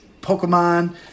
Pokemon